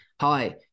hi